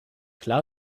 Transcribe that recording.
klar